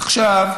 עכשיו,